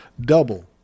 Double